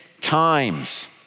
times